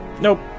Nope